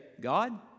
God